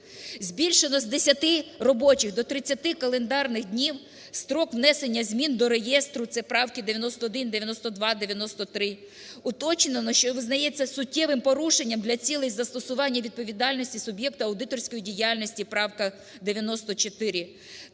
Збільшено з 10 робочих до 30 календарних днів строк внесення змін до реєстру – це правки 91, 92, 93. Уточнено, що визнається суттєвим порушенням для цілей застосування відповідальності суб'єкта аудиторської діяльності - правка 94.